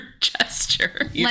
gesture